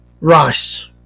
rice